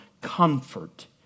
comfort